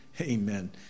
Amen